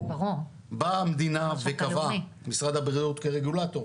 באה המדינה וקבעה משרד הבריאות כרגולטור,